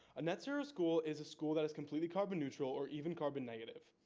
a netzero school is a school that is completely carbon neutral or even carbon negative.